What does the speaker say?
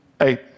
Eight